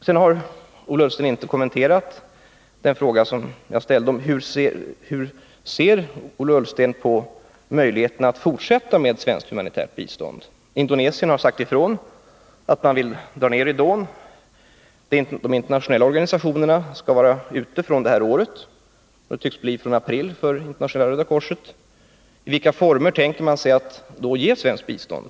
Sedan har Ola Ullsten inte kommenterat min fråga om hur han ser på möjligheterna att fortsätta med svenskt humanitärt bistånd. Indonesien har sagt ifrån att man vill dra ned ridån. De internationella organisationerna skall vara ute under detta år. Det tycks bli från april för det internationella Röda korset. I vilka former tänker man sig då att ge svenskt bistånd?